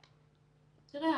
תראה,